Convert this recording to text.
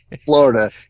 Florida